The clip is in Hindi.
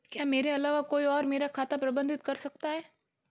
क्या मेरे अलावा कोई और मेरा खाता प्रबंधित कर सकता है?